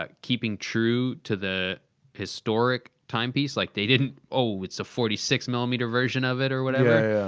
ah keeping true to the historic timepiece. like, they didn't oh it's a forty six millimeter version of it, or whatever.